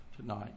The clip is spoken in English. tonight